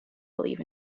believe